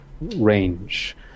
range